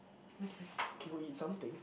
okay can we eat something